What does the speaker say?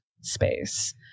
space